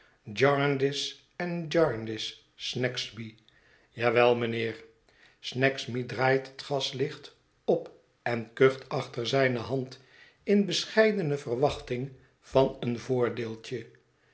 snagsby gekeerd jarndyce enjarndyce snagsby jawel mijnheer snagsby draait het gaslicht op en kucht achter zijne hand in bescheidene verwachting van een voordeeltje